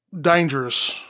dangerous